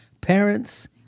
parents